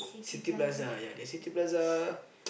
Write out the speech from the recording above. City Plaza ya City Plaza